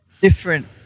different